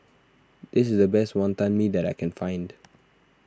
this is the best Wonton Mee that I can find